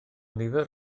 nifer